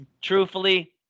Truthfully